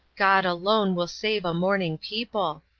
god alone will save a mourning people.